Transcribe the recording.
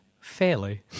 Fairly